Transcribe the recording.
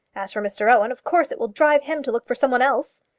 as for mr owen, of course it will drive him to look for some one else.